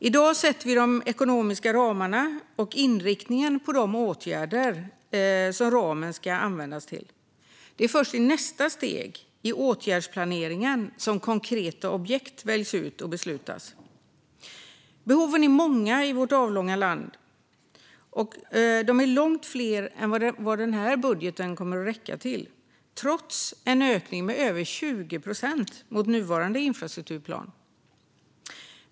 I dag sätter vi de ekonomiska ramarna och inriktningen på de åtgärder som ramen ska användas till. Det är först i nästa steg, i åtgärdsplaneringen, som konkreta objekt väljs ut och beslutas. Behoven är många i vårt avlånga land, långt fler än vad den här budgeten kommer att räcka till, trots en ökning med över 20 procent mot nuvarande infrastrukturplan.